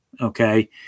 okay